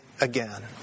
again